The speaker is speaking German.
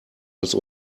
als